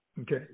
Okay